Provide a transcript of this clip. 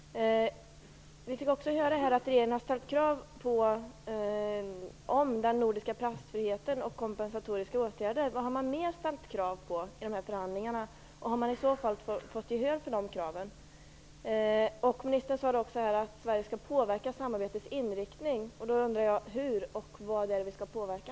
Vi fick höra att regeringen har ställt krav avseende den nordiska passfriheten och om kompensatoriska åtgärder. Vilka fler krav har ställts i förhandlingarna? Har man fått gehör för dem? Ministern sade att Sverige skall påverka samarbetets inriktning. Jag undrar hur och vad Sverige skall påverka.